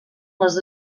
les